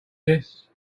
this